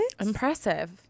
impressive